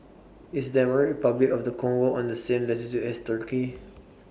IS Democratic Republic of The Congo on The same latitude as Turkey